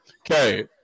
Okay